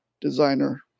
designer